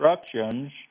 instructions